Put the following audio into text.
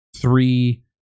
three